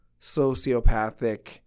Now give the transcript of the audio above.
sociopathic